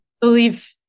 believe